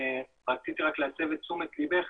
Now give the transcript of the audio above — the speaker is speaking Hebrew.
רציתי להסב את תשומת לבך